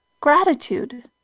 gratitude